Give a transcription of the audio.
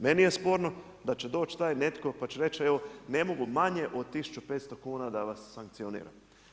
Meni je sporno da će doći taj netko pa će reći evo ne mogu manje od 1500 kuna da vas sankcioniram.